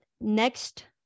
next